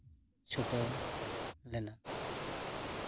ᱪᱷᱩᱴᱟᱹᱣ ᱞᱮᱱᱟ